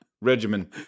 regimen